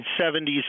1970s